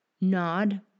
nod